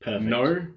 no